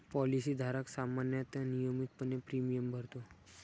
policy धारक सामान्यतः नियमितपणे प्रीमियम भरतो